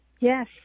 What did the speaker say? Yes